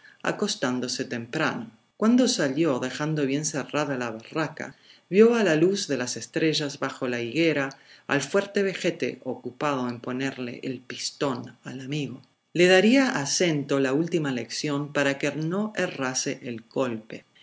acostándose temprano cuando salió dejando bien cerrada la barraca vio a la luz de las estrellas bajo la higuera al fuerte vejete ocupado en ponerle el pistón al amigo le daría a snto la última lección para que no errase el golpe